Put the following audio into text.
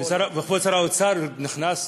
וכבוד שר האוצר הנכנס,